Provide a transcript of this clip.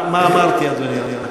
מה אמרתי, אדוני?